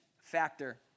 factor